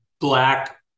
Black